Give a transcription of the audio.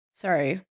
Sorry